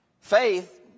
Faith